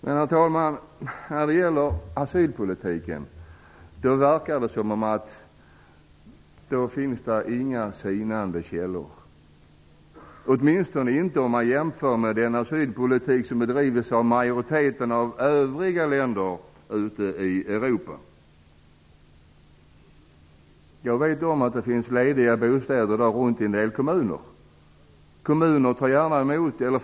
Men, herr talman, när det gäller asylpolitiken verkar det inte som om källorna sinar, åtminstone inte om man jämför med den asylpolitik som bedrivs av majoriteten av övriga länder ute i Jag vet att det finns lediga bostäder i en del kommuner.